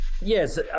yes